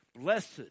blessed